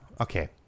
Okay